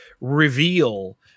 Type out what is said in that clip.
reveal